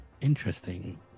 interesting